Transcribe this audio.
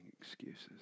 excuses